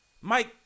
Mike